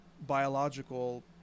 biological